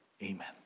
Amen